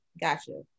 gotcha